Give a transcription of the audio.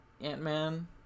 Ant-Man